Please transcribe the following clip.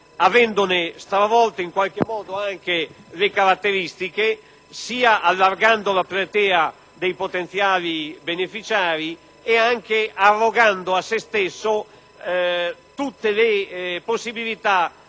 avendone stravolto in qualche modo anche le caratteristiche, sia ampliando la platea dei potenziali beneficiari sia arrogando a se stesso la possibilità